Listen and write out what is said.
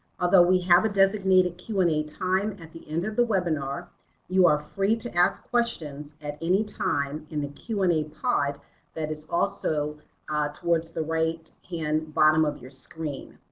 although we have a designated q and a time at the end of the webinar you are free to ask questions at any time in the q and a pod that is also towards the right-hand and bottom of your screen.